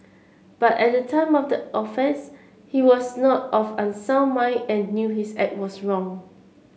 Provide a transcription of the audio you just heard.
but at the time of the offence he was not of unsound mind and knew his act was wrong